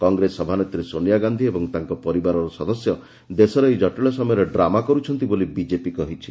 କଂଗ୍ରେସ ସଭାନେତ୍ରୀ ସୋନିଆ ଗାନ୍ଧି ଏବଂ ତାଙ୍କ ପରିବାରର ସଦସ୍ୟ ଦେଶର ଏହି ଜଟିଳ ସମୟରେ ଡ୍ରାମା କର୍ଛନ୍ତି ବୋଲି ବିଜେପି କହିଛି